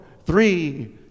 three